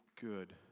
good